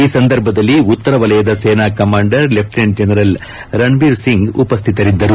ಈ ಸಂದರ್ಭದಲ್ಲಿ ಉತ್ತರ ವಲಯದ ಸೇನಾ commander lieutenant general Ranbir Singh ಉಪಸ್ಟಿತರಿದ್ದರು